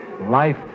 Life